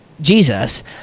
Jesus